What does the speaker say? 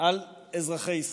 על אזרחי ישראל,